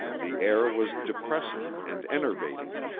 the air was depressing and enervating.